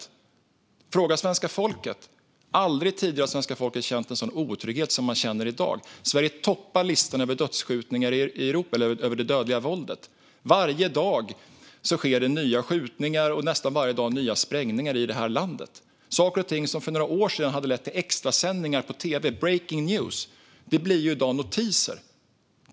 Fråga svenska folket! Aldrig tidigare har svenska folket känt en sådan otrygghet som man känner i dag. Sverige toppar listan över dödsskjutningar i Europa eller över det dödliga våldet. Varje dag sker det nya skjutningar, och nästan varje dag sker det nya sprängningar i det här landet. Saker och ting som för några år sedan hade lett till extrasändningar på tv, breaking news, blir i dag notiser.